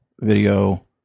video